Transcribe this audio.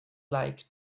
like